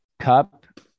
Cup